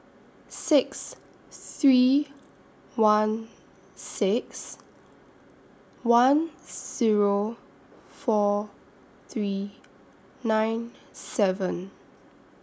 six three one six one Zero four three nine seven